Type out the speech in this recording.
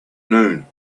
noon